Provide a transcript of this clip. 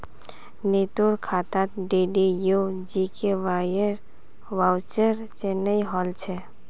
नीतूर खातात डीडीयू जीकेवाईर वाउचर चनई होल छ